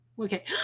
Okay